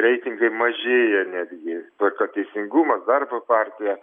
reitingai mažėja netgi tvarka teisingumas darbo partija